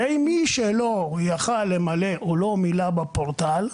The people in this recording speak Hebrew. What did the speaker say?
ומי שלא יכול היה למלא או לא מילא בפורטל,